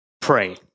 pray